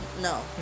no